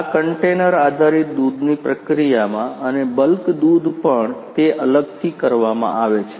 આ કન્ટેનર આધારિત દૂધની પ્રક્રિયામાં અને બલ્ક દૂધ પણ તે અલગથી કરવામાં આવે છે